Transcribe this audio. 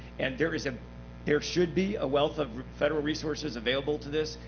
and there is ah there should be a wealth of federal resources available to this.